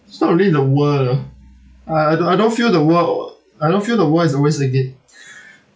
it's not really the world you know I I don't I don't feel the world I don't feel the world is always linked it